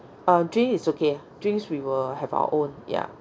uh drink is okay drinks we will have our own ya